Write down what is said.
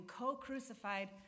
co-crucified